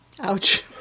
Ouch